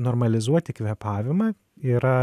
normalizuoti kvėpavimą yra